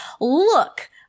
look